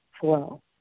flow